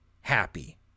happy